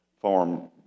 farm